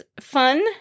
fun